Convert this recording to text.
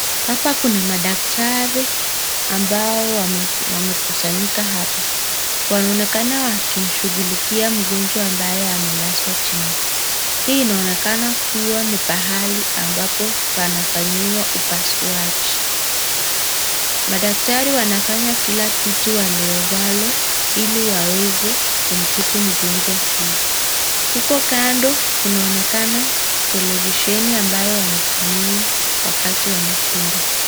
Hapa kuna madaktari ambao wamekusanyika hapa. Wanaonekana wakimshughulikia mgonjwa ambaye amelazwa chini. Hii inaonekana kuwa ni pahali ambapo panafanyiwa upasuaji. Madaktari wanafanya kila kitu waliwezalo ili waweze kumtibu mgonjwa huyu. Huko kando kunaonekana televisheni ambayo wanatumia wakati wanashindwa.